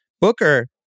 Booker